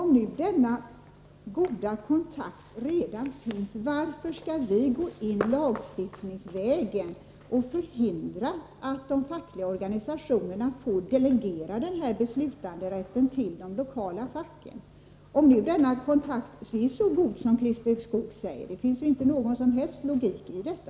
Om denna goda kontakt redan finns — varför skall vi gå in lagstiftningsvägen och förhindra att de fackliga organisationerna får delegera beslutanderätten till de lokala facken? Om kontakten är så god som Christer Skoog säger finns det inte någon logik i detta.